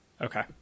okay